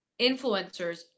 influencers